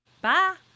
Bye